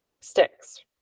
sticks